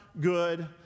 good